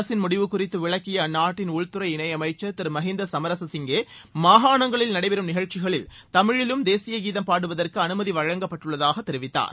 அரசின் முடிவு குறித்து விளக்கிய அந்நாட்டின் உள்துறை இணையமைச்சர் திரு மகீந்தா சமரசசிங்கே மாகாணங்களில் நடைபெறும் நிகழ்ச்சிகளில் தமிழிலும் தேசீய கீதம் பாடுவதற்கு அனுமதி வழங்கப்பட்டுள்ளதாக தெரிவித்தார்